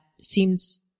seems